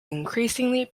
increasingly